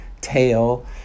tail